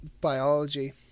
biology